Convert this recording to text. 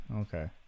Okay